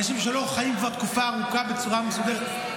אנשים שלא חיים כבר תקופה ארוכה בצורה מסודרת,